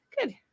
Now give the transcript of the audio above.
Good